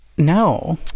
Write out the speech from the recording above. No